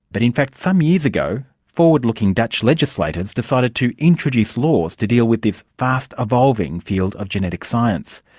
but, in fact, some years ago, forward-looking dutch legislators decided to introduce laws to deal with this fast evolving field of genetic science.